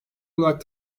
olarak